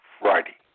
Friday